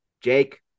Jake